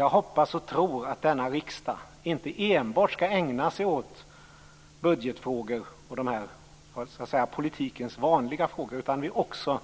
Jag hoppas och tror att denna riksdag inte enbart skall ägna sig åt budgetfrågor och politikens vanliga frågor, utan också skall